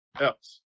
else